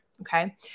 Okay